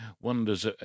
wonders